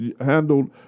handled